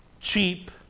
cheap